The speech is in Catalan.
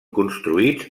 construïts